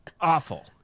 awful